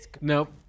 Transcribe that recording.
Nope